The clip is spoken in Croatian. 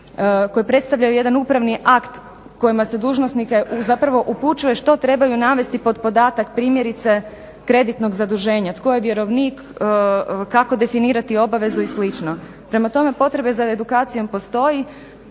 koji predstavljaju jedan upravni akt kojima se dužnosnike zapravo upućuje što trebaju navesti pod podatak, primjerice kreditnog zaduženja. Tko je vjerovnik, kako definirati obavezu i slično. Prema tome, potrebe za edukacijom postoje.